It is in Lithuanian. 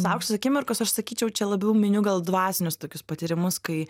lauksiu akimirkos aš sakyčiau čia labiau miniu gal dvasinius tokius patyrimus kai